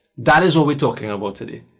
that is what we're talking about today!